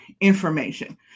information